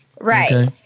Right